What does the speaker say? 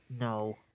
No